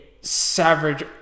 savage